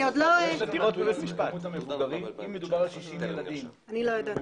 אני עוד לא ------ אם מדובר על 60 ילדים או מבוגרים?